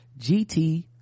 gt